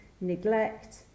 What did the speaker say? neglect